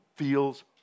Feels